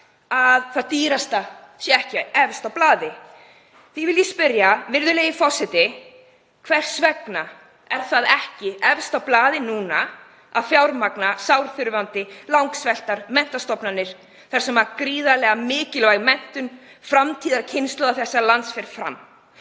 að það dýrasta sé ekki efst á blaði. Því vil ég spyrja, virðulegi forseti: Hvers vegna er það ekki efst á blaði núna að fjármagna sárþurfandi langsveltar menntastofnanir þar sem gríðarlega mikilvæg menntun framtíðarkynslóða þessa lands fer fram?